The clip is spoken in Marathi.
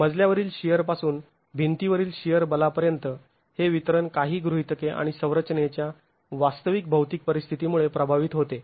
मजल्यावरील शिअर पासून भिंतीवरील शिअर बला पर्यंत हे वितरण काही गृहीतके आणि संरचनेच्या वास्तविक भौतिक परिस्थितीमुळे प्रभावित होते